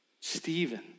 Stephen